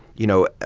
you know,